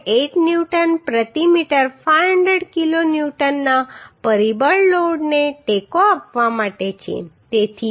8 newton પ્રતિ metre 500 kilo ન્યૂટનના પરિબળ લોડને ટેકો આપવા માટે છે